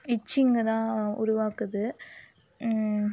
இச்சிங்க தான் உருவாக்குது